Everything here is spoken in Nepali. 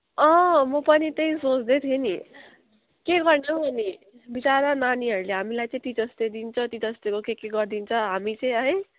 अँ म पनि त्यही सोच्दै थिएँ नि के गर्नु हौ अनि विचारा नानीहरूले हामीलाई चाहिँ टिचर्स डे दिन्छ टिचर्स डेमा के के गरिदिन्छ हामी चाहिँ है